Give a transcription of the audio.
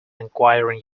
acquiring